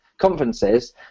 conferences